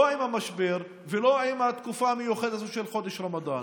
לא עם המשבר ולא עם התקופה המיוחדת הזו של חודש הרמדאן.